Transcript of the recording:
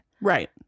Right